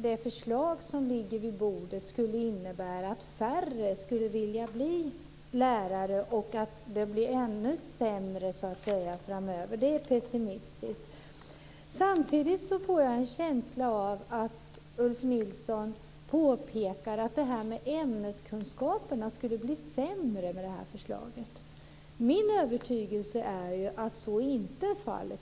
det förslag som ligger på bordet skulle innebära att färre skulle vilja bli lärare och att det blir ännu sämre framöver. Det är pessimistiskt. Samtidigt får jag en känsla av att Ulf Nilsson påpekar att ämneskunskaperna skulle bli sämre med detta förslag. Min övertygelse är att så inte är fallet.